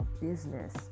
business